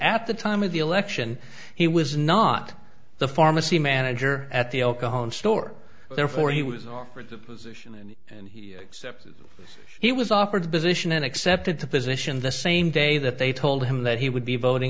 at the time of the election he was not the pharmacy manager at the oklahoma store therefore he was offered the position and he was offered the position and accepted the position the same day that they told him that he would be voting